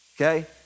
okay